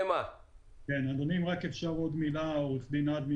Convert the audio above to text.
אני מסכים עם מה שאמרה עורכת הדין ארבל,